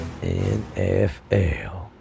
NFL